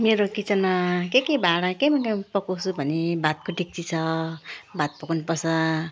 मेरो किचनमा के के भाँडा केमा केमा पकाउँछु भने भातको डेक्ची छ भात पकाउनुपर्छ